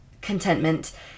contentment